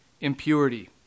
impurity